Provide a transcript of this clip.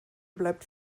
bleibt